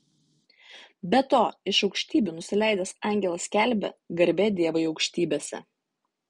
be to iš aukštybių nusileidęs angelas skelbia garbė dievui aukštybėse